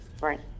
Right